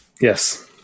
Yes